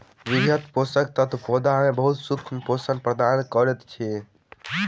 वृहद पोषक तत्व पौधा के बहुत सूक्ष्म पोषण प्रदान करैत अछि